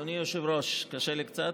אדוני היושב-ראש, קשה לי קצת.